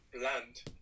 land